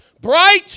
Bright